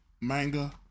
manga